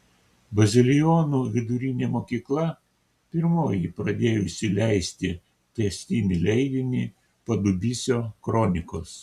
bazilionų vidurinė mokykla pirmoji pradėjusi leisti tęstinį leidinį padubysio kronikos